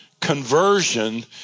conversion